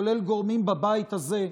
כולל גורמים בבית הזה,